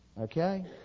Okay